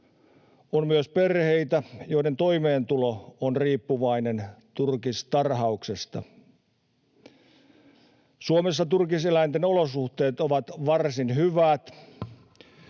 On myös perheitä, joiden toimeentulo on riippuvainen turkistarhauksesta. Suomessa turkiseläinten olosuhteet ovat varsin hyvät.